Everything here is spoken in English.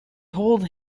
hold